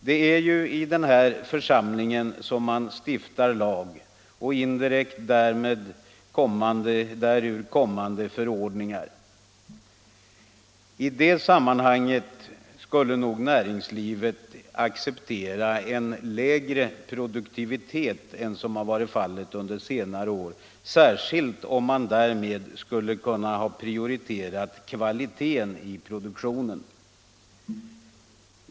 Det är ju den här församlingen som stiftar lag och indirekt därur kommande förordningar. I det sammanhanget skulle nog näringslivet acceptera en lägre produktivitet än den som förekommit under senare år — särskilt om man därmed skulle ha kunnat prioritera kvaliteten i produktionen.